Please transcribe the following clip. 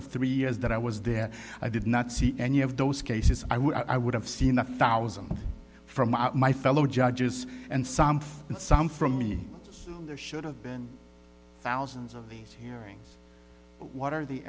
of three years that i was there i did not see any of those cases i would i would have seen the thousand from my fellow judges and some five and some from me there should have been thousands of hearing what are the